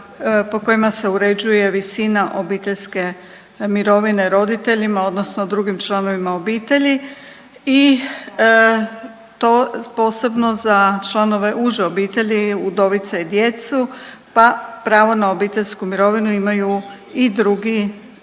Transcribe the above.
po kojima se uređuje visina obiteljske mirovine roditeljima, odnosno drugim članovima obitelji i to posebno za članove uže obitelji, udovica i djecu pa pravo na obiteljsku mirovinu imaju i drugi